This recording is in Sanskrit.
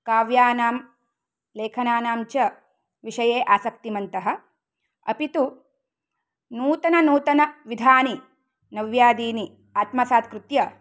काव्यानां लेखनानां च विषये आसक्तिमन्तः अपि तु नूतन नूतनविधानि नव्यादीनि आत्मसात् कृत्य